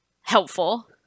helpful